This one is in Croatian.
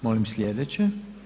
Molim sljedeće.